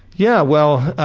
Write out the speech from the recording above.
yeah, well,